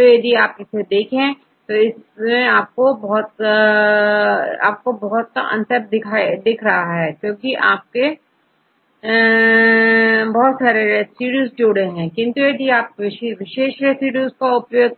तो यदि आप इसे देखें तो आपको बहुत का अंतर दिख रहा है क्योंकि आपने बहुत सारे रेसिड्यूज जुड़े हैं किंतु यदि आप इसी विशेष रेसिड्यू के लिए यह